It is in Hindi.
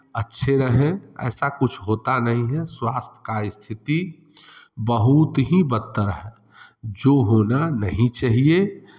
अच्छे रहें ऐसा कुछ होता नहीं है स्वास्थ्य का स्थिति बहुत ही बत्तर है जो होना नहीं चहिए